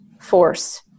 force